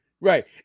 right